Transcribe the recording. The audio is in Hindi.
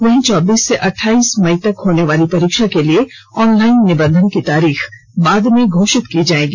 वहीं चौबीस से अठाईस मई तक होनेवाली परीक्षा के लिए ऑनलाइन निबंधन की तारीख बाद में घोषित की जाएगी